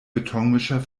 betonmischer